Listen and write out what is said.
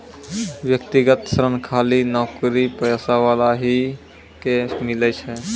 व्यक्तिगत ऋण खाली नौकरीपेशा वाला ही के मिलै छै?